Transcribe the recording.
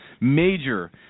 major